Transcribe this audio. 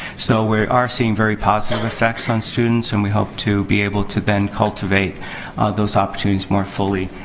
so, we are seeing very positive effects on students and we hope to be able to then cultivate those opportunities more fully,